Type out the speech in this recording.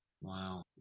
Wow